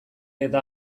eta